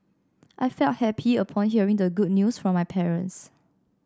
I felt happy upon hearing the good news from my parents